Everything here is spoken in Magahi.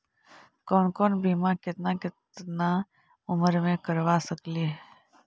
कौन कौन बिमा केतना केतना उम्र मे करबा सकली हे?